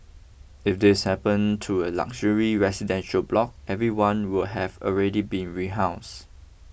if this happen to a luxury residential block everyone would have already been rehouse